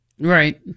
Right